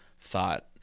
thought